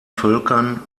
völkern